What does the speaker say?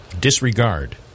Disregard